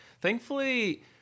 Thankfully